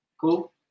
cool